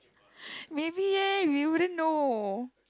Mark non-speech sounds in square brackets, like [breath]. [breath] maybe eh we wouldn't know